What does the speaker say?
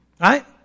Right